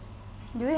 do you